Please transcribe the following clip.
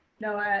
No